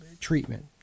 treatment